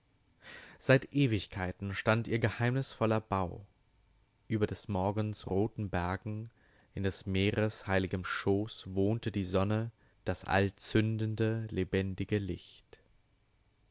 seit ewigkeiten stand ihr geheimnisvoller bau über des morgens roten bergen in des meeres heiligem schoß wohnte die sonne das allzündende lebendige licht